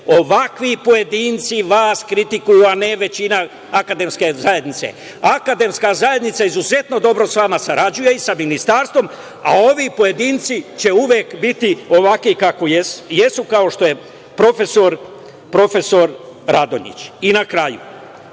ovakvi pojedinci vas kritikuju, a ne većina akademske zajednice. Akademska zajednica izuzetno dobro sa vama sarađuje i sa Ministarstvom, a ovi pojedinci će uvek biti ovakvi kakvi jesu, kao što je profesor Radonjić. Na kraju,